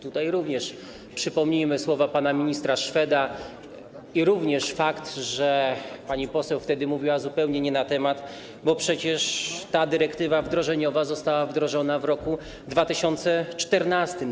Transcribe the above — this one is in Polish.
Tutaj również przypomnę słowa pana ministra Szweda i podkreślę fakt, że pani poseł wtedy mówiła zupełnie nie na temat, bo przecież ta dyrektywa wdrożeniowa została wdrożona w roku 2014.